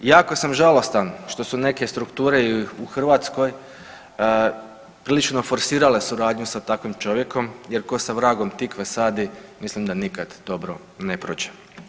Jako sam žalostan što su neke strukture i u Hrvatskoj prilično forsirale suradnju sa takvim čovjekom, jer tko sa vragom tikve sadi mislim da nikad dobro ne prođe.